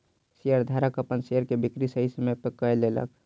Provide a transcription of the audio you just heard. शेयरधारक अपन शेयर के बिक्री सही समय पर कय लेलक